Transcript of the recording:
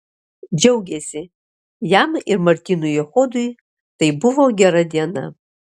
džiaugėsi jam ir martynui echodui tai buvo gera diena